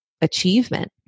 achievement